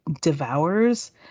devours